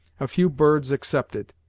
a few birds excepted,